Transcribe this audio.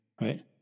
Right